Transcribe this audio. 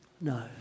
No